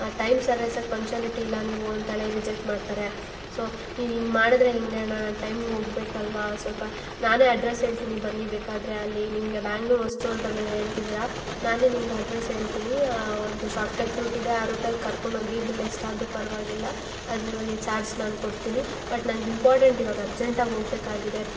ಆ ಟೈಮ್ ಸರಿಸಾಗಿ ಪನ್ಕ್ಚುಯಾಲಿಟಿ ಇಲ್ಲ ನೀವು ಅಂತೇಳಿ ರಿಜೆಕ್ಟ್ ಮಾಡ್ತಾರೆ ಸೊ ನೀವು ಹಿಂಗೆ ಮಾಡಿದ್ರೆ ಹೇಗೆ ಅಣ್ಣ ನನ್ನ ಟೈಮ್ಗೆ ಹೋಗಬೇಕಲ್ವ ಸ್ವಲ್ಪ ನಾನೇ ಅಡ್ರೆಸ್ ಹೇಳ್ತೀನಿ ಬನ್ನಿ ಬೇಕಾದರೆ ಅಲ್ಲಿ ನಿಮಗೆ ಬ್ಯಾಂಗ್ಳೂರ್ ಹೊಸ್ತು ಅಂತ ಬೇರೆ ಹೇಳ್ತಿದ್ದೀರ ನಾನೇ ನಿಮ್ಗೆ ಅಡ್ರೆಸ್ ಹೇಳ್ತೀನಿ ಒಂದು ಶಾರ್ಟ್ಕಟ್ ರೂಟಿದೆ ಆ ರೂಟಲ್ಲಿ ಕರ್ಕೊಂಡು ಹೋಗಿ ಬಿಲ್ ಎಷ್ಟಾದರೂ ಪರವಾಗಿಲ್ಲ ಅದರೊಳಗೆ ಚಾರ್ಜ್ ನಾನು ಕೊಡ್ತೀನಿ ಬಟ್ ನನ್ಗೆ ಇಂಪಾರ್ಟೆಂಟ್ ಇವಾಗ ಅರ್ಜೆಂಟಾಗಿ ಹೋಗ್ಬೇಕಾಗಿದೆ